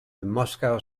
moscow